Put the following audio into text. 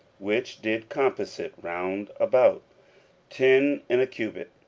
which did compass it round about ten in a cubit,